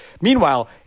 Meanwhile